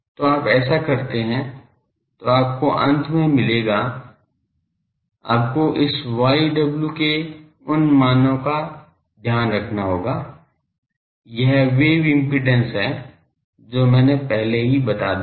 तो आप ऐसा करते हैं जो आपको अंत में मिलेगा आपको इस yw के उन मानों को रखना होगा यह वेव इम्पिडेन्स है जो मैंने पहले ही बता दी है